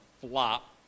flop